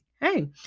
hey